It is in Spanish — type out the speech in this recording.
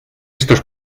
estos